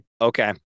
Okay